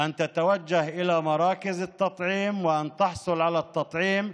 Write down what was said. לפנות אל מרכזי החיסון ולקבל חיסון.